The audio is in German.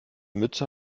mütze